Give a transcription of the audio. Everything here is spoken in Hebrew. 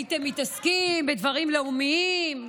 הייתם מתעסקים בדברים לאומיים,